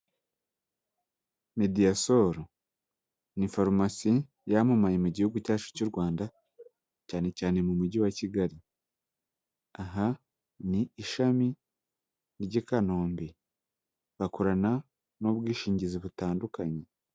Mediyasoru, ni farumasi yamamaye mu gihugu cyacu cy'u Rwanda, cyane cyane mu mujyi wa Kigali, aha ni ishami ry'i Kanombe, bakorana n'ubwishingizi butandukanye.